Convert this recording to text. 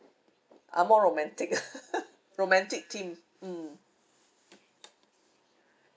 ah more romantic romantic theme mm